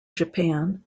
japan